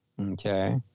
okay